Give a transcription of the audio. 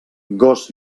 gos